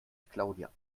claudia